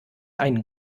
einen